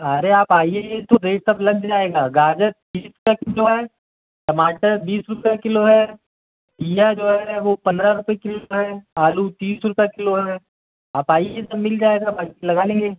अरे आप आइए तो रेट सब लग जाएगा गाजर बीस रुपये किलो है टमाटर बीस रुपये किलो है घीया जो है वो पंद्रह रुपये किलो है आलू तीस रुपये किलो है आप आइए सब मिल जाएगा बाकी लगा लेंगे